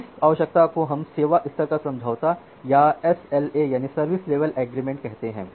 तो इस आवश्यकता को हम सेवा स्तर का समझौता या एसएलए कहते हैं